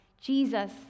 Jesus